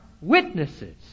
witnesses